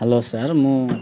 hello sir ମୁଁ